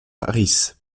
harris